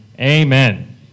amen